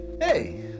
Hey